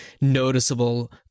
noticeable